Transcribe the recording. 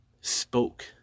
spoke